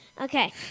Okay